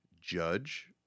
judge